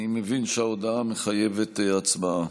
אני מבין שההודעה מחייבת הצבעה.